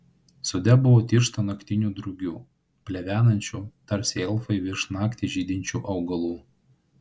sode buvo tiršta naktinių drugių plevenančių tarsi elfai virš naktį žydinčių augalų